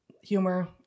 humor